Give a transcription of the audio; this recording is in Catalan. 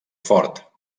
fort